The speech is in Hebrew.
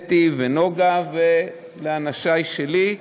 אתי ונוגה ולאנשי שלי,